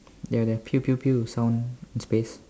they have the sound in space